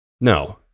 No